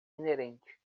inerente